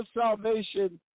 salvation